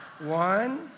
One